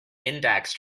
index